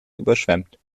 überschwemmt